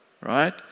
right